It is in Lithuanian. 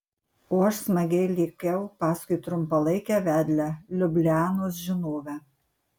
o aš smagiai lėkiau paskui trumpalaikę vedlę liublianos žinovę